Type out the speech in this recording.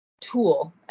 tool